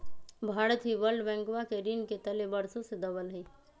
भारत भी वर्ल्ड बैंकवा के ऋण के तले वर्षों से दबल हई